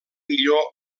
millor